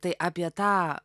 tai apie tą